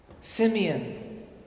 Simeon